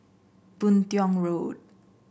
Boon Tiong Road